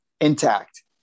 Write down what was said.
intact